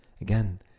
again